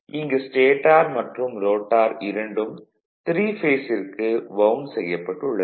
இங்கு ஸ்டேடார் மற்றும் ரோட்டார் இரண்டும் 3 பேஸிற்கு வவுண்டு செய்யப்பட்டுள்ளது